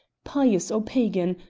pious or pagan,